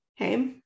okay